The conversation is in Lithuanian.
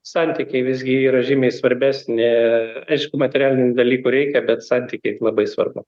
santykiai visgi yra žymiai svarbesni aišku materialinių dalykų reikia bet santykiai labai svarbu